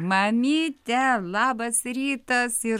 mamyte labas rytas ir